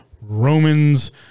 Romans